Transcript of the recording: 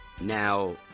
Now